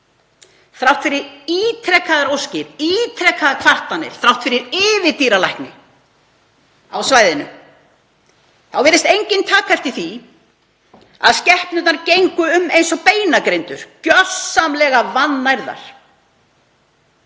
Þrátt fyrir ítrekaðar óskir, ítrekaðar kvartanir, þrátt fyrir yfirdýralækni á svæðinu virtist enginn taka eftir því að skepnurnar gengu um eins og beinagrindur, gjörsamlega vannærðar,